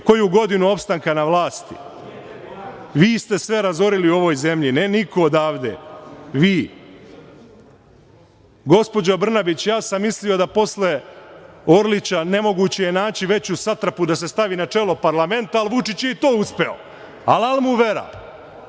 koju godinu opstanka na vlasti. Vi ste sve razorili u ovoj zemlji. Nije niko odavde, vi. Gospođo Brnabić, ja sam mislio da posle Orlića nemoguće je naći veću satrapu da se stavi na čelo parlamenta, ali Vučić je i to uspeo. Alal mu